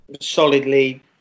solidly